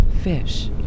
fish